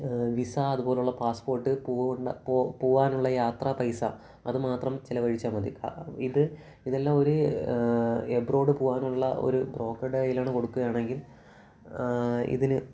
visa അതുപോലെയുള്ള passport പോകാൻ പോവാനുള്ള യാത്രാ പൈസ അത് മാത്രം ചിലവഴിച്ചാൽ മതി അ ഇത് ഇതെല്ലാമൊരു എബ്രോഡ് പോകാനുള്ള ഒരു ബ്രോക്കർടെ കയ്യിലാണ് കൊടുക്കയാണെങ്കിൽ ഇതിന്